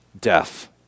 death